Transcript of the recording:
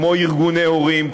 כמו ארגוני הורים,